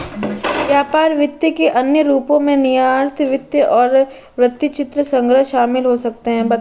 व्यापार वित्त के अन्य रूपों में निर्यात वित्त और वृत्तचित्र संग्रह शामिल हो सकते हैं